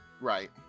Right